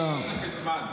לא, זה מיותר.